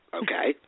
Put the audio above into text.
okay